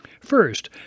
First